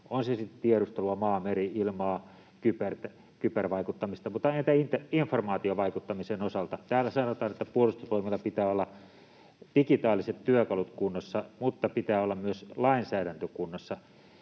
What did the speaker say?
on se sitten tiedustelua, maa-, meri-, ilmapuolustusta, kybervaikuttamista, mutta entä informaatiovaikuttamisen osalta? Täällä sanotaan, että Puolustusvoimilla pitää olla digitaaliset työkalut kunnossa mutta pitää olla myös lainsäädäntö kunnossa.